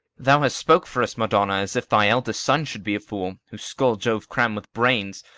thou hast spoke for us, madonna, as if thy eldest son should be a fool whose skull jove cram with brains!